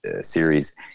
series